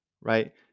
right